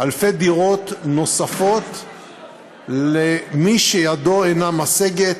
אלפי דירות נוספות למי שידו אינה משגת,